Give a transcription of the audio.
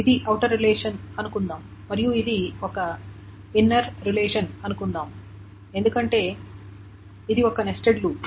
ఇది outer relation అనుకుందాం మరియు ఇది ఒక ఇన్నర్ రిలేషన్ అనుకుందాం ఎందుకంటే ఇది ఒక నెస్టెడ్ లూప్